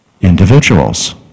individuals